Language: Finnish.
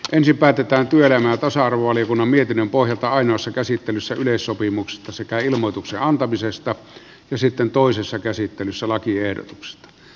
ensin päätetään työelämä ja tasa arvovaliokunnan mietinnön pohjalta ainoassa käsittelyssä yleissopimuksesta sekä ilmoituksen antamisesta ja sitten toisessa käsittelyssä lakiehdotuksesta